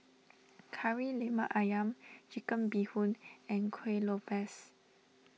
Kari Lemak Ayam Chicken Bee Hoon and Kuih Lopes